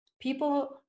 people